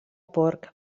porc